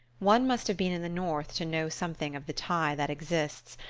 one must have been in the north to know something of the tie that exists,